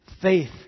faith